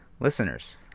Listeners